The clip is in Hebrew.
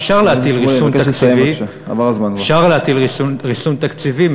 אפשר להטיל ריסון תקציבי,